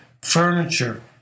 Furniture